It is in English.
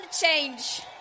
change